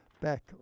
back